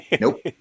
Nope